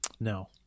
No